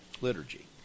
liturgy